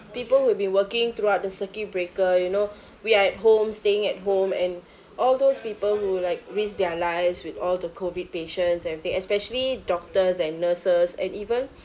people who'd been working throughout the circuit breaker you know we are at home staying at home and all those people who like risk their lives with all the COVID patients everything especially doctors and nurses and even